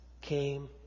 came